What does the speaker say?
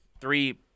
three